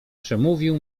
przemówił